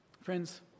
Friends